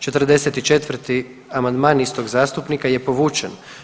44. amandman istog zastupnika je povučen.